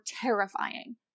terrifying